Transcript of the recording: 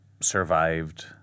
survived